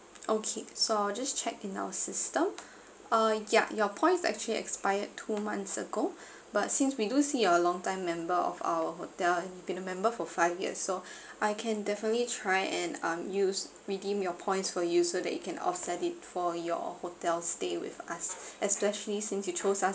okay so I'll just check in our system uh yeah your points actually expired two months ago but since we do see you're a long time member of our hotel been a member for five years so I can definitely try and um use redeem your points for you so that you can offset it for your hotel stay with us especially since you chose us